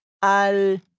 al